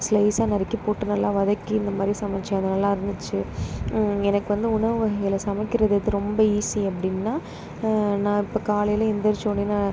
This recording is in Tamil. ஸ்லைசாக நறுக்கிபோட்டு நல்லா வதக்கி இந்த மாதிரி சமைத்தேன் அது நல்லாருயிந்துச்சு எனக்கு வந்து உணவு வகைகளில் சமைக்கின்றது எது ரொம்ப ஈஸி அப்படின்னா நான் இப்போ காலையில் எழுந்திரிச்சோடனே நான்